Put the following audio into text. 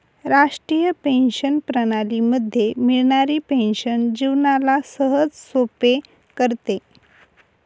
राष्ट्रीय पेंशन प्रणाली मध्ये मिळणारी पेन्शन जीवनाला सहजसोपे करते